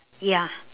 ya